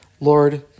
Lord